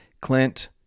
Clint